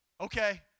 okay